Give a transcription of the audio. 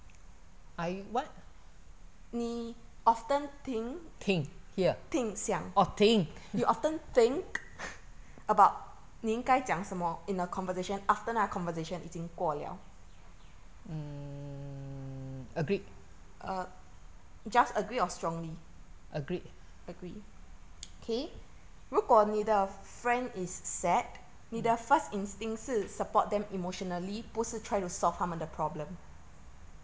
I what 听 hear orh think mm agree agree ah